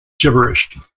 Gibberish